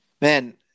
man